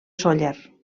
sóller